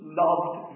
loved